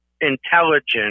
intelligent